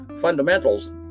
fundamentals